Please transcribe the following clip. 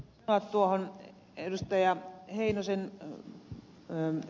haluaisin sanoa tuohon ed